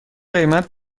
قیمت